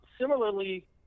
similarly